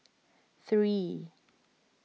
three